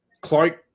Clark